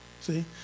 see